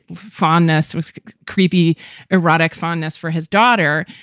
fondness with creepy erotic fondness for his daughter,